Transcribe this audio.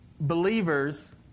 believers